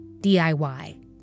DIY